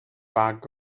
bag